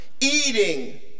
eating